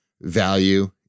value